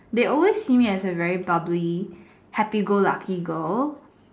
they always see me as a very bubbly happy go lucky girl